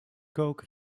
kook